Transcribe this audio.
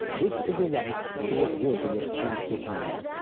this is a wife who was worthy of shri chaitanya.